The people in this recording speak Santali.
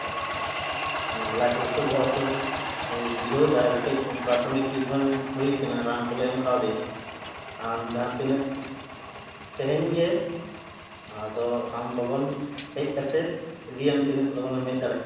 ᱞᱟᱡ ᱦᱟᱹᱥᱩ ᱵᱚᱦᱚᱜ ᱦᱟᱹᱥᱩ ᱵᱩᱡᱷᱟᱹᱣ ᱫᱟᱭ ᱟᱫᱚ ᱠᱟᱹᱡ ᱯᱨᱟᱛᱷᱚᱢᱤᱠ ᱴᱤᱴᱢᱮᱱᱴ ᱦᱩᱭ ᱠᱟᱱᱟ ᱨᱟᱱ ᱠᱚᱞᱮ ᱮᱢ ᱠᱟᱣᱫᱮᱭᱟ ᱟᱢ ᱡᱟᱦᱟᱸ ᱛᱤᱱᱟᱹᱜ ᱛᱮᱦᱮᱧ ᱜᱮ ᱟᱫᱚ ᱟᱢ ᱞᱚᱜᱚᱱ ᱦᱮᱡ ᱠᱟᱛᱮᱫ ᱤᱫᱤᱭᱮᱢ ᱛᱤᱱᱟᱹᱜ ᱞᱚᱜᱚᱱᱮᱢ ᱦᱮᱡ ᱫᱟᱲᱮᱭᱟᱜᱼᱟ